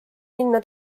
minna